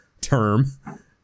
term